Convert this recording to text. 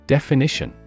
Definition